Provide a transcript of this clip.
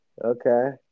Okay